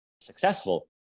successful